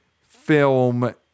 film